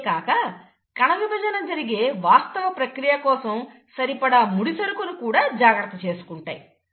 అంతేకాక కణవిభజన జరిగే వాస్తవ ప్రక్రియ కోసం సరిపడా ముడిసరుకును కూడా జాగ్రత్త చేసుకుంటాయి